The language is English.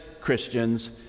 Christians